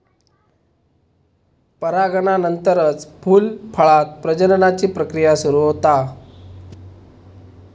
परागनानंतरच फूल, फळांत प्रजननाची प्रक्रिया सुरू होता